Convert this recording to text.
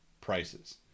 prices